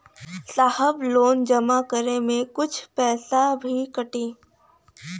साहब लोन जमा करें में कुछ पैसा भी कटी?